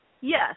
Yes